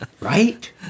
right